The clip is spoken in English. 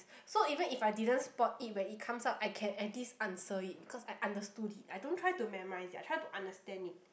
so even if I didn't spot it when it comes out I can at least answer it because I understood it I don't try to memorise it I try to understand it